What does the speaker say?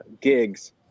gigs